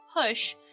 push